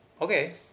okay